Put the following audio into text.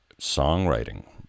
songwriting